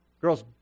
Girls